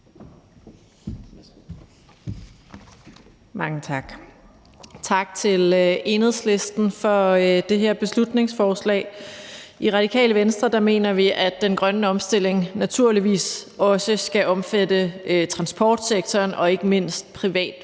Mange tak. Tak til Enhedslisten for det her beslutningsforslag. I Radikale Venstre mener vi, at den grønne omstilling naturligvis også skal omfatte transportsektoren, ikke mindst